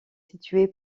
situé